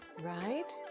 right